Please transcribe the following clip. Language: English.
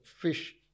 fish